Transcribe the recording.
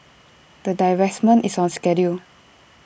the divestment is on schedule